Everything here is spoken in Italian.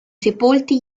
sepolti